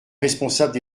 responsables